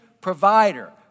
provider